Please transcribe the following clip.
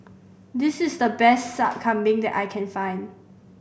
this is the best Sup Kambing that I can find